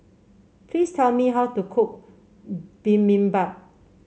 please tell me how to cook Bibimbap